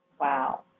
Wow